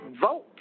vote